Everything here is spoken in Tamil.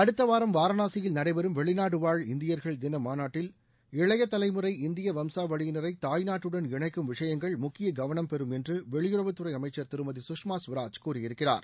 அடுத்த வாரம் வாரணாசியில் நடைபெறும் வெளிநாடு வாழ் இந்தியர்கள் தின மாநாட்டில் இளைய தலைமுறை இந்திய வம்சாவளியினரை தாய்நாட்டுடன் இணைக்கும் விஷயங்கள் முக்கிய கவனம் பெறும் என்று வெளியுறவுத்துறை அமைச்சர் திருமதி சுஷ்மா சுவராஜ் கூறியிருக்கிறார்